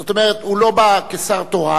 זאת אומרת הוא לא בא כשר תורן,